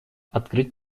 открыть